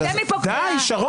שתצא מפה קריאה,